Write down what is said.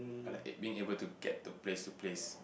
I like that being able to get to place to place